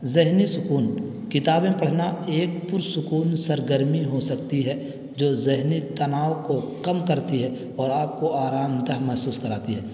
ذہنی سکون کتابیں پڑھنا ایک پرسکون سرگرمی ہو سکتی ہے جو ذہنی تناؤ کو کم کرتی ہے اور آپ کو آرام دہ محسوس کراتی ہے